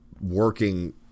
working